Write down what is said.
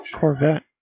corvette